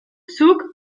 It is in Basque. zuk